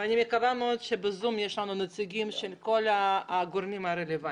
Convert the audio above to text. אני מקווה מאוד שיש לנו בזום את הנציגים של כל הגורמים הרלוונטיים.